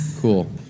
Cool